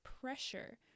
pressure